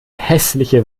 hässliche